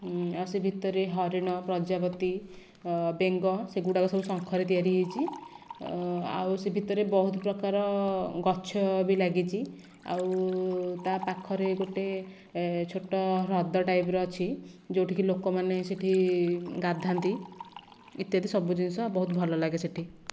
ଆଉ ସେ ଭିତରେ ହରିଣ ପ୍ରଜାପତି ବେଙ୍ଗ ସେଗୁଡ଼ାକ ସବୁ ଶଙ୍ଖରେ ତିଆରି ହୋଇଛି ଆଉ ସେ ଭିତରେ ବହୁତ ପ୍ରକାରରର ଗଛ ବି ଲାଗିଛି ଆଉ ତା ପାଖରେ ଗୋଟିଏ ଛୋଟ ହ୍ରଦ ଟାଇପର ଅଛି ଯେଉଁଠିକି ଲୋକ ମାନେ ସେଇଠି ଗାଧାନ୍ତି ଇତ୍ୟାଦି ସବୁ ଜିନିଷ ବହୁତ ଭଲ ଲାଗେ ସେଇଠି